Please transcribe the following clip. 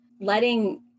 letting